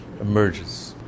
emerges